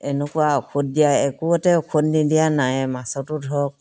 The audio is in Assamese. এনেকুৱা ঔষধ দিয়া একোতে ঔষধ নিদিয়া নাই মাছতো ধৰক